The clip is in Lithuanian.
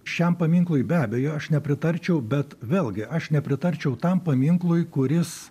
šiam paminklui be abejo aš nepritarčiau bet vėlgi aš nepritarčiau tam paminklui kuris